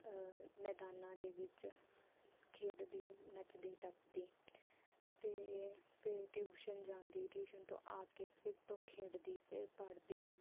ਮੈਦਾਨਾਂ ਦੇ ਵਿੱਚ ਖੇਡਦੀ ਨੱਚਦੀ ਟੱਪਦੀ ਅਤੇ ਫੇਰ ਟਿਊਸ਼ਨ ਜਾਂਦੀ ਟਿਊਸ਼ਨ ਤੋਂ ਆ ਕੇ ਫਿਰ ਤੋਂ ਖੇਡਦੀ ਫੇਰ ਪੜ੍ਹਦੀ